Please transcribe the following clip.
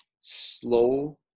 slow